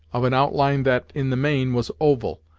of an outline that, in the main, was oval,